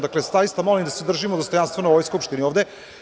Zaista molim da se držimo dostojanstva u ovoj Skupštini ovde.